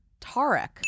Tarek